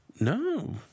No